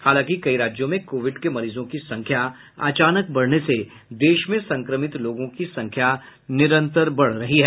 हालांकि कई राज्यों में कोविड के मरीजों की संख्या अचानक बढने से देश में संक्रमित लोगों की संख्या निरन्तर बढ रही है